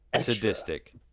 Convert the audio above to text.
sadistic